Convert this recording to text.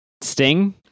Sting